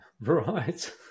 Right